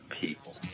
people